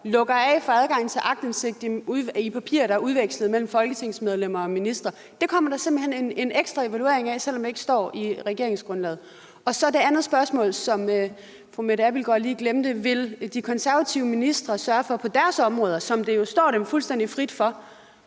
lukker af for adgangen til aktindsigt i papirer, der er udvekslet mellem folketingsmedlemmer og ministre? Kommer der simpelt hen en ekstra evaluering af det, selv om det ikke står i regeringsgrundlaget? Så til det andet spørgsmål, som fru Mette Abildgaard lige glemte at besvare. Vil de konservative ministre sørge for, hvilket jo står dem frit for,